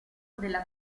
della